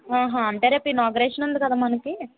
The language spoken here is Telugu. అంటే రేపు ఇనాగరేషన్ ఉంది కదా మనకీ